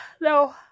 No